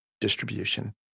distribution